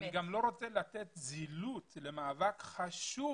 אני גם לא רוצה לתת זילות למאבק חשוב